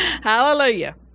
Hallelujah